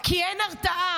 כי אין הרתעה,